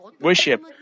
worship